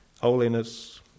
Holiness